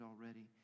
already